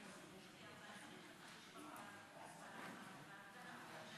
בטיוטת חוק ההסדרים נכתב שמנהל רשות החברות